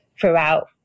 throughout